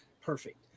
perfect